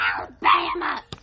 Alabama